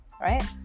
right